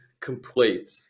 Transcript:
complete